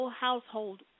household